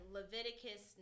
Leviticus